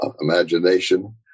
imagination